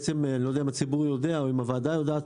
אני לא יודע אם הציבור יודע או אם הוועדה יודעת,